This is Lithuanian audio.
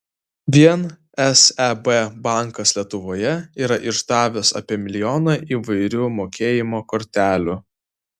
vien seb bankas lietuvoje yra išdavęs apie milijoną įvairių mokėjimo kortelių